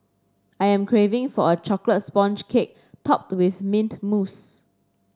I am craving for a chocolate sponge cake topped with mint mousse